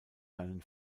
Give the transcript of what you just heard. seinen